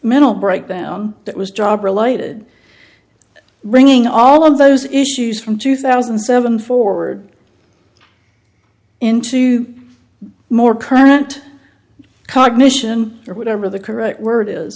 mental breakdown that was job related bringing all of those issues from two thousand and seven forward into more current cognition or whatever the correct word is